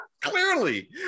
Clearly